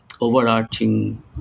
overarching